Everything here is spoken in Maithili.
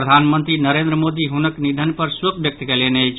प्रधानमंत्री नरेन्द्र मोदी हुनक निधन पर शोक व्यक्त कयलनि अछि